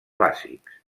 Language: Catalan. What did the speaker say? bàsics